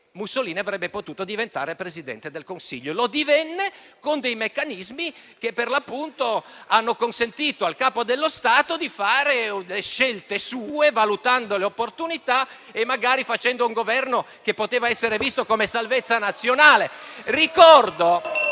Mussolini sarebbe potuto diventare Presidente del Consiglio. Lo divenne con meccanismi che per l'appunto hanno consentito al Capo dello Stato di fare scelte sue, valutando le opportunità e magari facendo un Governo che poteva essere visto come di salvezza nazionale. *(Proteste.